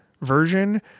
version